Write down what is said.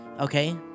Okay